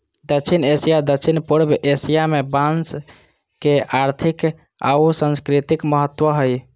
दक्षिण एशिया, दक्षिण पूर्व एशिया में बांस के आर्थिक आऊ सांस्कृतिक महत्व हइ